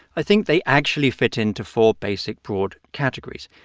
i think they actually fit into four basic broad categories.